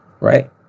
right